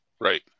Right